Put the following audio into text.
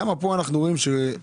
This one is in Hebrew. למה כאן אנחנו צריכים את